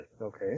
Okay